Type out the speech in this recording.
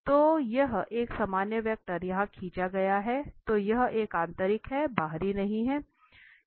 तो यह एक सामान्य वेक्टर यहाँ खींचा गया है तो यह एक आंतरिक है बाहरी नहीं है